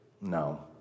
no